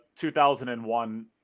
2001